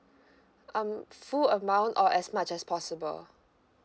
um full amount or as much as possible